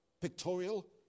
pictorial